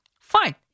Fine